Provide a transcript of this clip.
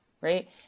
Right